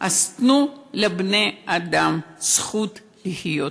אז תנו לבני-אדם זכות לחיות.